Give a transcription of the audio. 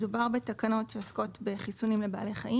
מדובר בתקנות שעוסקות בחיסונים לבעלי חיים